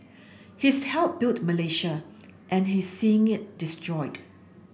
he's helped built Malaysia and he's seeing it destroyed